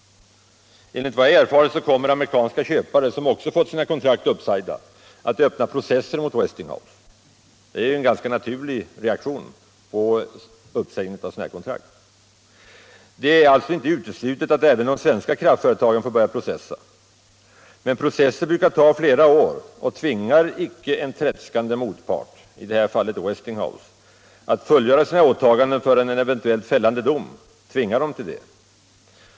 Enligt vad jag erfarit kommer amerikanska köpare som också fått sina kontrakt uppsagda att öppna processer mot Westinghouse. Det är icke uteslutet att även de svenska kraftföretagen får börja processa. Men processer brukar ta flera år och tvingar icke en tredskande motpart, i det här fallet Westinghouse, att fullgöra sina åtaganden förrän en eventuellt fällande dom föreligger.